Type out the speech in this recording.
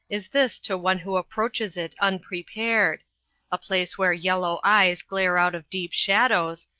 is this to one who approaches it unprepared a place where yellow eyes glare out of deep shadows,